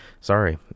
sorry